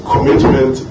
commitment